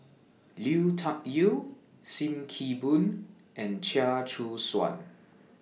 Liu Tuck Yew SIM Kee Boon and Chia Choo Suan